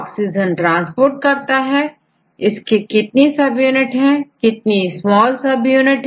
oxygen transport करता है इसके कितनी सब यूनिट्स और इतनी स्मॉल सब यूनिट है